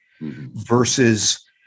versus